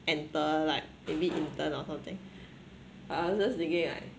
enter like maybe intern or something